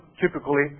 typically